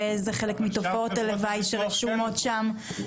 ואלה חלק מתופעות הלוואי שרשומות שם.